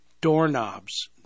Doorknobs